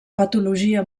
patologia